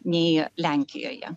nei lenkijoje